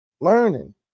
learning